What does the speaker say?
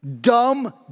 dumb